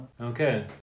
Okay